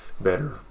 better